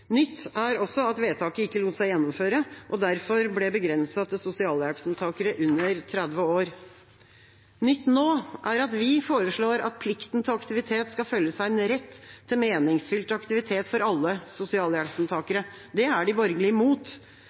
Nytt er også at vedtaket ikke lot seg gjennomføre, og derfor ble begrenset til sosialhjelpsmottakere under 30 år. Nytt nå er at vi foreslår at plikten til aktivitet skal følges av en rett til meningsfylt aktivitet for alle sosialhjelpsmottakere. Det er de